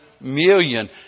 million